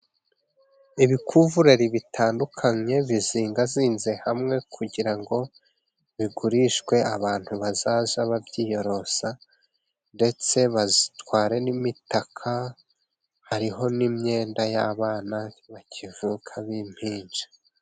Ibikuvureri bitandukanye bizingazinze hamwe kugira ngo bigurishwe abantu bazajya babyiyorosa ndetse bazitware n'imitaka hariho n'imyenda y'abana bakivuka b'impinja.